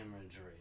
imagery